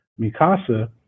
Mikasa